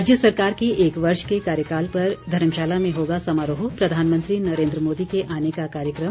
राज्य सरकार के एक वर्ष के कार्यकाल पर धर्मशाला में होगा समारोह प्रधानमंत्री नरेन्द्र मोदी के आने का कार्यक्रम